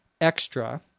extra